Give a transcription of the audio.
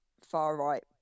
far-right